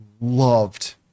loved